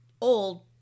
old